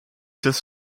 das